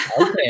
Okay